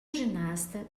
ginasta